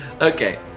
Okay